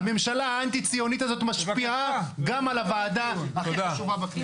הממשלה האנטי ציונית הזאת משפיעה גם על הוועדה הכי חשובה בכנסת.